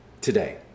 today